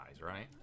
right